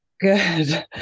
Good